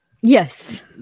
yes